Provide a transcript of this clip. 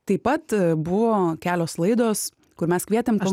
taip pat buvo kelios laidos kur mes kvietėm aš